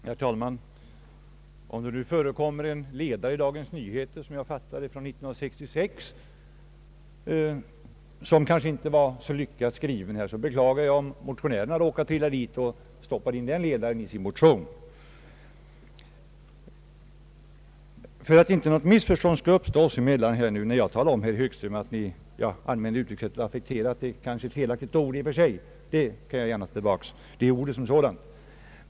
Herr talman! Om det nu stått en ledare i Dagens Nyheter någon gång år 1966 som kanske inte var så lyckat skriven så beklagar jag om motionärerna har råkat trilla dit och stoppat in den i sin motion. För att inte något missförstånd skall uppstå oss emellan så kan jag gärna, herr Högström, ta tillbaka det av mig i sammanhanget kanske felaktigt använda ordet affekterat.